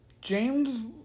James